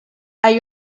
hay